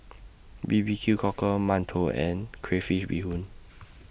B B Q Cockle mantou and Crayfish Beehoon